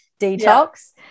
detox